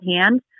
hand